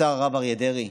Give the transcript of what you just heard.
השר הרב אריה דרעי,